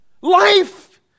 life